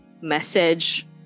message